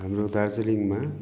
हाम्रो दार्जिलिङमा